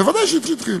ודאי שהתחיל.